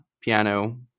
piano